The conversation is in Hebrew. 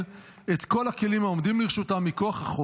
את כל הכלים העומדים לרשותם מכוח החוק.